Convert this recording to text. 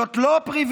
זאת לא פריבילגיה.